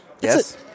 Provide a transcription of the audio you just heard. Yes